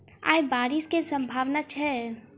आय बारिश केँ सम्भावना छै?